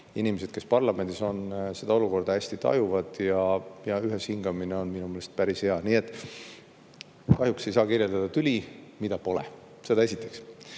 inimesed, kes parlamendis on, tajuvad seda olukorda hästi ja ühes hingamine on minu meelest päris hea. Nii et kahjuks ei saa kirjeldada tüli, mida pole. Seda esiteks. Teiseks,